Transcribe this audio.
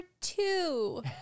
two